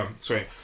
sorry